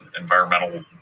environmental